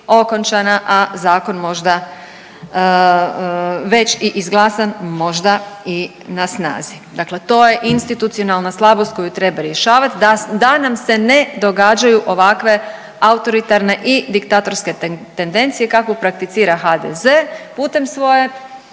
a zakon možda već i izglasan možda i na snazi. Dakle, to je institucionalna slabost koju treba rješavati da nam se ne događaju ovakve autoritarne i diktatorske tendencije kakvu prakticira HDZ putem svoje